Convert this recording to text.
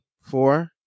four